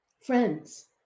Friends